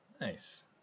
nice